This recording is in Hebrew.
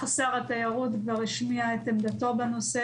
שר התיירות כבר השמיע את עמדתו בנושא,